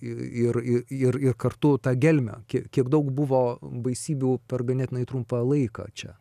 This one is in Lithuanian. ir ir ir kartu tą gelmę kiek kiek daug buvo baisybių per ganėtinai trumpą laiką čia